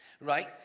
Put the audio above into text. right